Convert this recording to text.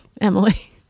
Emily